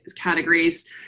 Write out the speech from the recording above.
categories